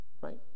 Right